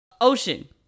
Ocean